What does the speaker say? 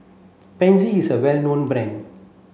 Pansy is a well known brand